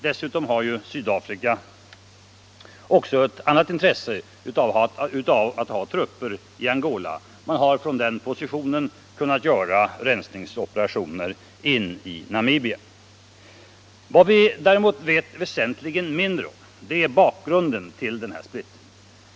Dessutom har ju Sydafrika ett annat intresse av att ha trupper i Angola: man har från den positionen kunnat göra rensningsoperationer in i Namibia. Vad vi vet väsentligen mindre om är bakgrunden till denna splittring.